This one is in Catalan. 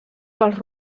pels